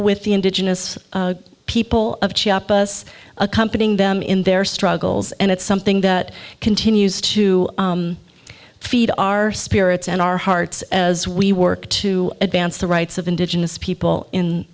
with the indigenous people of chiapas accompanying them in their struggles and it's something that continues to feed our spirits and our hearts as we work to advance the rights of indigenous people in